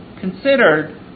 considered